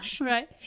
right